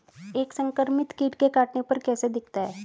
एक संक्रमित कीट के काटने पर कैसा दिखता है?